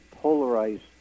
polarized